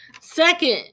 Second